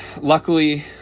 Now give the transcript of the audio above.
luckily